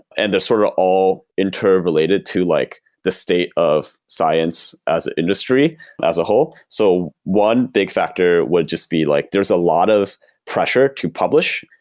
and they're sort of all interrelated to like the state of science as an industry as a whole. so one big factor would just be like there's a lot of pressure to publish.